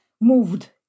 moved